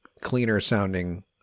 cleaner-sounding